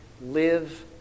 live